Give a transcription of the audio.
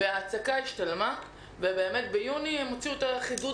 ההצקה השתלמה ובאמת ביוני הם הוציאו את החידוד